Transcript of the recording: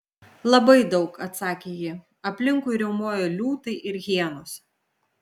labai daug atsakė ji aplinkui riaumojo liūtai ir hienos